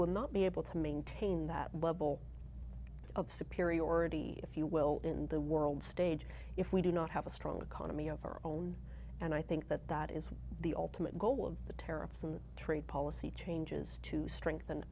will not be able to maintain that bubble of superiority if you will in the world stage if we do not have a strong economy of our own and i think that that is the ultimate goal of the tariffs and trade policy changes to strengthen